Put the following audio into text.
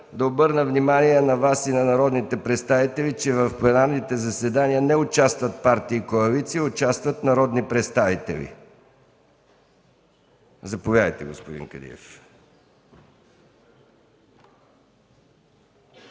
да обърна внимание на Вас и на народните представители, че в пленарните заседания не участват партии и коалиции, а народни представители. Заповядайте, господин Кадиев.